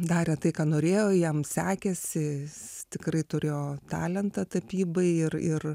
darė tai ką norėjo jam sekėsi jis tikrai turėjo talentą tapybai ir ir